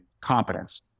competence